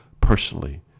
personally